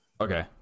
Okay